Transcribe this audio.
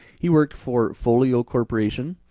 he worked for folio corporation,